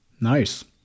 Nice